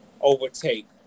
overtake